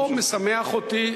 זה לא משמח אותי.